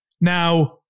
Now